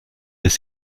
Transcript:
des